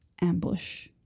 ambush